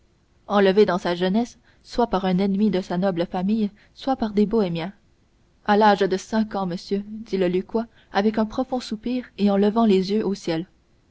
enlevé dans sa jeunesse soit par un ennemi de sa noble famille soit par des bohémiens à l'âge de cinq ans monsieur dit le lucquois avec un profond soupir et en levant les yeux au ciel